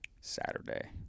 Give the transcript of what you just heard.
Saturday